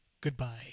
goodbye